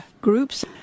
groups